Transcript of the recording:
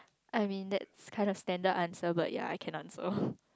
I mean that's kind of standard answer but ya I can answer